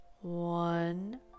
one